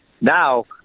Now